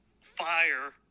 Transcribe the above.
fire